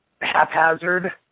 haphazard